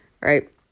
right